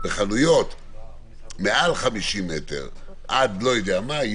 ובחנויות מעל 50 מ"ר עד לא יודע מה,